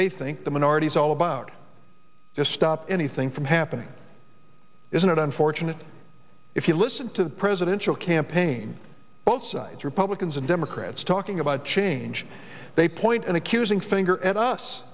they think the minorities all about to stop anything from happening isn't it unfortunate if you listen to the presidential campaign both sides republicans and democrats talking about change they point an accusing finger at us